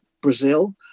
Brazil